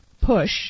push